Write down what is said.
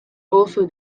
also